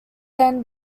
then